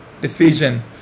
decision